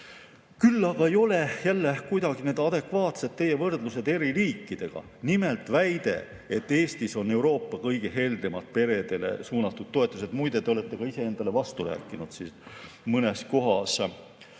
Küll aga ei ole jälle kuidagi adekvaatsed teie võrdlused eri riikidega, nimelt väide, et Eestis on Euroopa kõige heldemad peredele suunatud toetused. Muide, te olete ka iseendale vastu rääkinud siin mõnes kohas